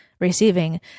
receiving